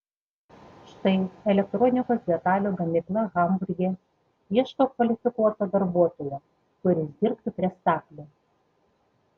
štai elektronikos detalių gamykla hamburge ieško kvalifikuoto darbuotojo kuris dirbtų prie staklių